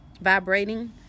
vibrating